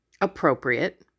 appropriate